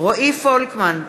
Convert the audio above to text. רועי פולקמן,